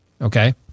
Okay